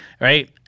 right